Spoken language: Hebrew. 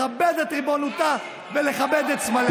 לכבד את ריבונותה ולכבד את סמליה.